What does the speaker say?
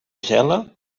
gela